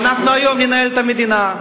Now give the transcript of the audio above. ואנחנו היום ננהל את המדינה.